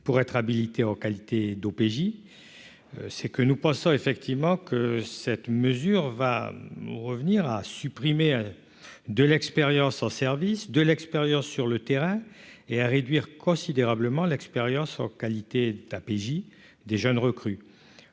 pour être habilité en qualité d'OPJ, c'est que nous pensons effectivement que cette mesure va revenir à supprimer de l'expérience au service de l'expérience sur le terrain et à réduire considérablement l'expérience en qualité d'APJ des jeunes recrues,